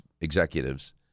executives